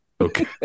Okay